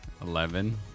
Eleven